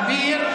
דקה, אופיר.